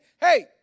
hey